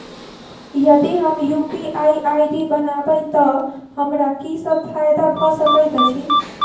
यदि हम UPI ID बनाबै तऽ हमरा की सब फायदा भऽ सकैत अछि?